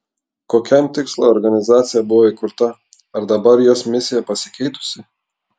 kokiam tikslui organizacija buvo įkurta ar dabar jos misija pasikeitusi